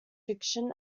fiction